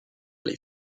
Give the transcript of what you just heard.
les